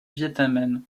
vietnamienne